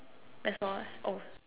that's all right oh